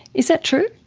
is that true?